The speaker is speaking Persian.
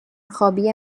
خوابی